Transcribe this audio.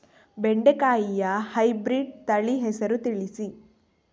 ಬೆಂಡೆಕಾಯಿಯ ಹೈಬ್ರಿಡ್ ತಳಿ ಹೆಸರು ತಿಳಿಸಿ?